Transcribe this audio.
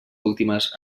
últimes